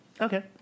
Okay